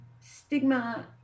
stigma